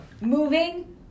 Moving